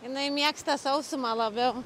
jinai mėgsta sausumą labiau